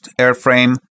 airframe